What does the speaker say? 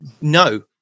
no